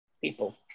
people